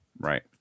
Right